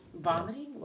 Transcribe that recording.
vomiting